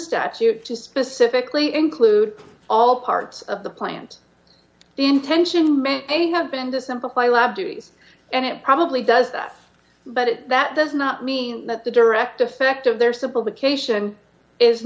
statute to specifically include all parts of the plant the intention may have been to simplify lab duties and it probably does that but that does not mean that the direct effect of their simple bit cation is